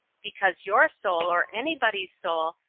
because your soul, or anybody's soul,